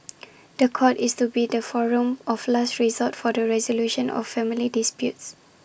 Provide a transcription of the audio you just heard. The Court is to be the forum of last resort for the resolution of family disputes